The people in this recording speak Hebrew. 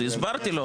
אז הסברתי לו.